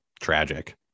Tragic